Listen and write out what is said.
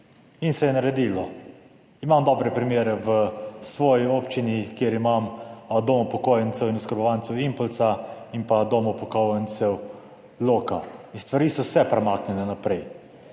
in se je naredilo. Imam dobre primere v svoji občini, kjer imam Dom upokojencev in oskrbovancev Impoljca in pa Dom upokojencev Loka in stvari so se premaknile naprej.